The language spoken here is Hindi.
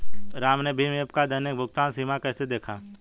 राम ने भीम ऐप का दैनिक भुगतान सीमा कैसे देखा?